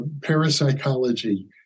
parapsychology